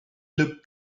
look